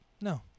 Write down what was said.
no